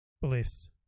beliefs